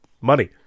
money